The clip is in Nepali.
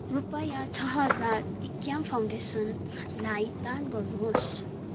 रुपियाँ छ हजार इक्याम फाउन्डेसनलाई दान गर्नुहोस्